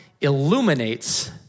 illuminates